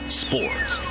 sports